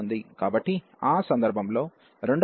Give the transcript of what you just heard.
కాబట్టి ఆ సందర్భంలో రెండవ ఇంటిగ్రల్ కన్వెర్జ్ అవుతుంది